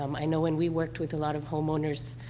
um i know when we worked with a lot of homeowners,